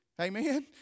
Amen